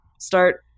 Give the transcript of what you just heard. start